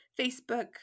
Facebook